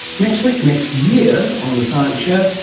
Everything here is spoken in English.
next week, next year on the science show,